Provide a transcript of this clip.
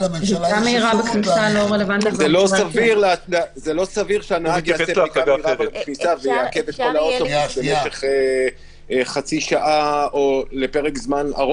זה יעכב את כל האוטובוס חצי שעה או יותר.